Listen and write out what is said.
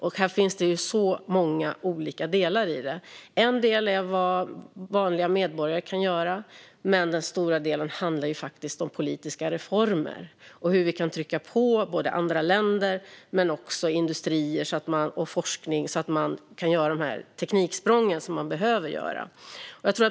I det finns många olika delar. En del handlar om vad vanliga medborgare kan göra, men den stora delen handlar om politiska reformer och hur vi kan trycka på både andra länder och industrier och forskning så att man kan göra de tekniksprång som behövs.